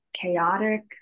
chaotic